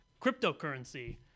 cryptocurrency